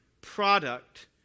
product